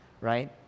Right